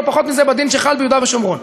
ולא פחות מזה בדין שחל ביהודה ושומרון.